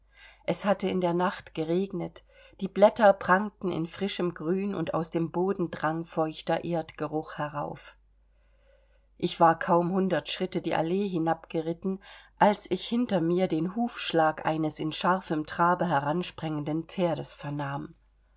es hatte in der nacht geregnet die blätter prangten in frischem grün und aus dem boden drang feuchter erdgeruch herauf ich war kaum hundert schritte die allee hinabgeritten als ich hinter mir den hufschlag eines in scharfem trabe heransprengenden pferdes vernahm